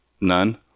None